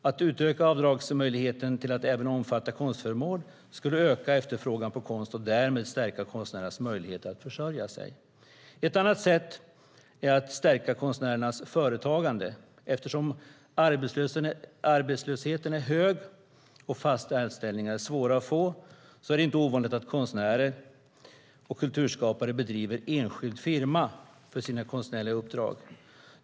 Att utöka avdragsmöjligheten till att även omfatta konstföremål skulle öka efterfrågan på konst och därmed stärka konstnärernas möjlighet att försörja sig. Ett annat sätt är att stärka konstnärernas företagande. Eftersom arbetslösheten är hög och fasta anställningar svåra att få är det inte ovanligt att konstnärer och kulturskapare driver enskild firma för sina konstnärliga uppdrag.